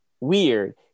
weird